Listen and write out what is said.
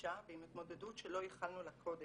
חדשה ועם התמודדות שלא ייחלנו לה קודם,